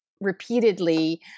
repeatedly